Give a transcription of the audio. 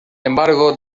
embargo